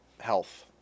health